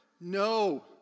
No